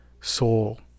soul